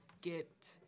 get